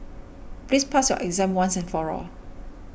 please pass your exam once and for all